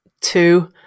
Two